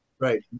Right